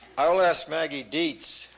i'll ask maggie dietz,